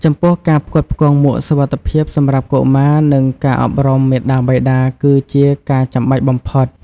ចំពោះការផ្គត់ផ្គង់មួកសុវត្ថិភាពសម្រាប់កុមារ និងការអប់រំមាតាបិតា គឺជាការចាំបាច់បំផុត។